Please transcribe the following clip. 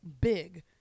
big